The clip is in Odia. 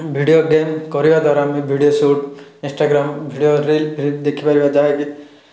ଭିଡ଼ିଓ ଗେମ୍ କରିବାଦ୍ୱାରା ଆମେ video shoot Instagram video reel ଦେଖିପାରିବା ଯାହାକି